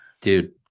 Dude